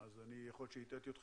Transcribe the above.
יכול להיות שהטעיתי אתכם